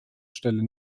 stelle